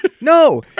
No